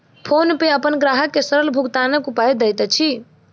PhonePe अपन ग्राहक के सरल भुगतानक उपाय दैत अछि